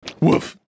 Woof